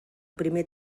primer